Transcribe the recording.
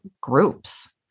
groups